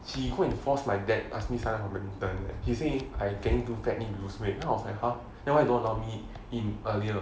体溃 forced my dad asked me sign up for badminton he said I was getting too fat need to lose weight then I was like !huh! then why don't allow me in earlier